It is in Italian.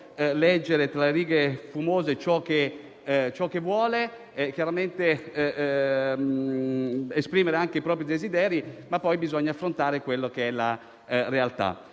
leggere tra le righe fumose ciò che vuole e chiaramente esprimere anche i propri desideri, ma poi bisogna affrontare la realtà.